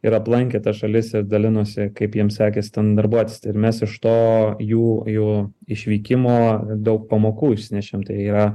ir aplankė ta šalis ir dalinosi kaip jiems sekėsi ten darbuotis tai ir mes iš to jų jų išvykimo daug pamokų išsinešėm tai yra